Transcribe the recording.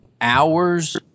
hours